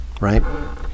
right